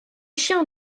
chiens